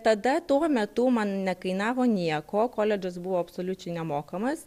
tada tuo metu man nekainavo nieko koledžas buvo absoliučiai nemokamas